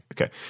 Okay